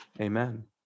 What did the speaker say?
Amen